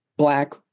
black